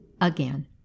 again